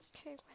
Okay